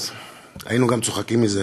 היינו גם צוחקים מזה,